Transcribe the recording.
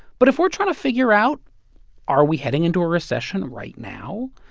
but if we're trying to figure out are we heading into a recession right now?